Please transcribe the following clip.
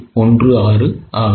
16 ஆகும்